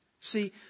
See